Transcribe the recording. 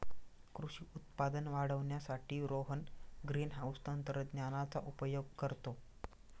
कृषी उत्पादन वाढवण्यासाठी रोहन ग्रीनहाउस तंत्रज्ञानाचा उपयोग करतो